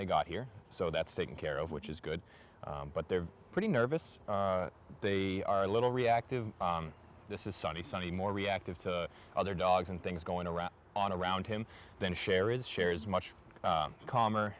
they got here so that's taken care of which is good but they're pretty nervous they are a little reactive this is sunny sunny more reactive to other dogs and things going around on around him than share is share is much calmer